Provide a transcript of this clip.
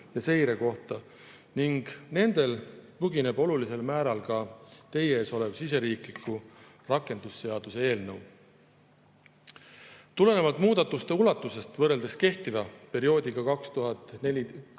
ja seire kohta. Nendel tugineb olulisel määral ka teie ees olev siseriikliku rakendusseaduse eelnõu. Tulenevalt muudatuste ulatusest, on võrreldes kehtiva, perioodiks